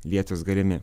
lietūs galimi